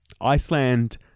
Iceland